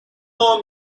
more